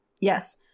Yes